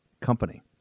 company